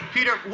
Peter